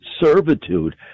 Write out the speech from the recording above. servitude